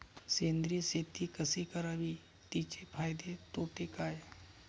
सेंद्रिय शेती कशी करावी? तिचे फायदे तोटे काय?